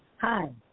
Hi